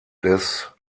des